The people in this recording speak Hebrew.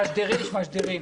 תשדירים שמשדירים.